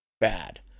bad